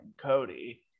Cody